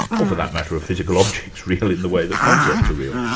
or for that matter, are physical objects real in the way that concepts are real.